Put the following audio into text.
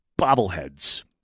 bobbleheads